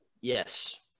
yes